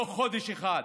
לא חודש אחד.